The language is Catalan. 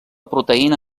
proteïna